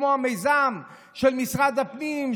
כמו המיזם של משרד הפנים,